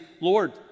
Lord